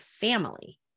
family